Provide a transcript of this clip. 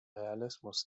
realismus